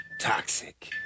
Toxic